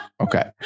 okay